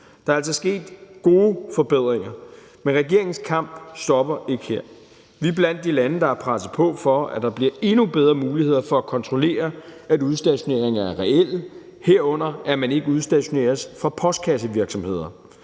Der er altså sket gode forbedringer. Men regeringens kamp stopper ikke her. Kl. 22:34 Vi er blandt de lande, der har presset på, for at der bliver endnu bedre muligheder for at kontrollere, at udstationeringer er reelle, herunder at man ikke udstationeres for postkassevirksomheder.